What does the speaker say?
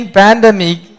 pandemic